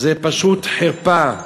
זה פשוט חרפה.